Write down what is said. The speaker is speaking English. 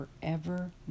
forever